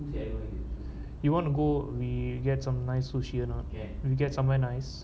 you want to go we get some nice sushi or not we get somewhere nice